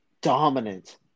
dominant